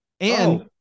And-